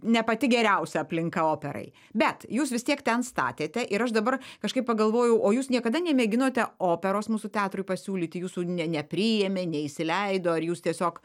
ne pati geriausia aplinka operai bet jūs vis tiek ten statėte ir aš dabar kažkaip pagalvojau o jūs niekada nemėginote operos mūsų teatrui pasiūlyti jūsų nepriėmė neįsileido ar jūs tiesiog